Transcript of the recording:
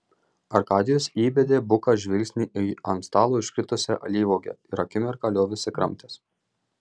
arkadijus įbedė buką žvilgsnį į ant stalo iškritusią alyvuogę ir akimirką liovėsi kramtęs